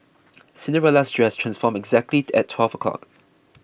Cinderella's dress transformed exactly at twelve o'clock